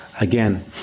again